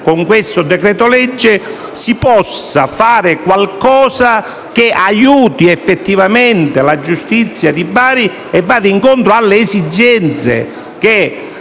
con il decreto-legge in esame, si possa fare qualcosa che aiuti effettivamente la giustizia di Bari e vada incontro alle esigenze